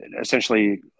essentially –